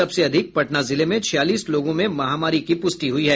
सबसे अधिक पटना जिले में छियालीस लोगों में महमारी की पुष्टि हुई है